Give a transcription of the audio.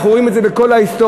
אנחנו רואים את זה בכל ההיסטוריה.